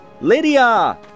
Lydia